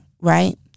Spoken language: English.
right